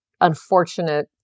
unfortunate